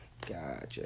Gotcha